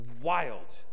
wild